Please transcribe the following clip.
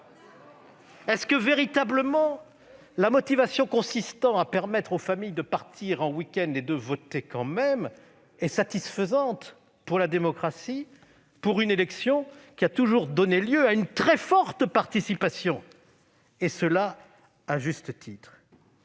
Est-ce que, véritablement, la motivation consistant à permettre aux familles de partir en week-end et de voter quand même est satisfaisante pour la démocratie, s'agissant d'une élection qui a toujours donné lieu à une très forte participation, et ce à juste titre